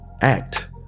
act